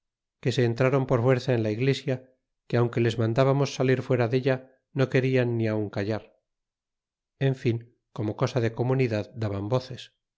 que se entrron por fuerza en la iglesia que aunque les mandbamos salir fuera della no querian ni aun callar en fin como cosa de comunidad daban voces